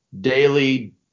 daily